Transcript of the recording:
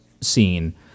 scene